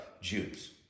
Jews